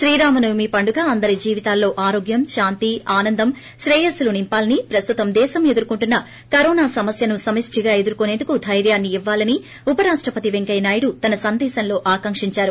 శ్రీరామ నవమి పండుగ అందరి జీవితాల్లో ఆరోగ్యం శాంతి ఆనందం శ్రేయస్సులను నింపాలని ప్రస్తుతం దేశం ఎదుర్కోంటున్న కరోనా సమస్యను సమిష్టిగా ఎదుర్కోసేందుకు దైర్యాన్ని ఇవ్వాలని ఉప రాష్టపతి వెంకయ్యనాయుడు తన సందేశంలో ఆకాంకించారు